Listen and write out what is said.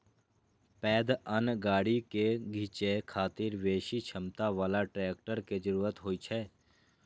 पैघ अन्न गाड़ी कें खींचै खातिर बेसी क्षमता बला ट्रैक्टर के जरूरत होइ छै